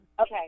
okay